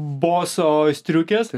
boso striukės